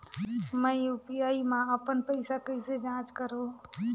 मैं यू.पी.आई मा अपन पइसा कइसे जांच करहु?